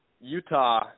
Utah